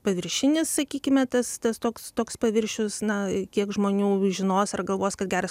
paviršinis sakykime tas tas toks toks paviršius na kiek žmonių žinos ar galvos kad geras